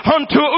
Unto